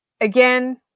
again